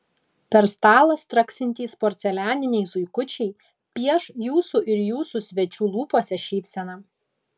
per stalą straksintys porcelianiniai zuikučiai pieš jūsų ir jūsų svečių lūpose šypseną